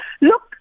look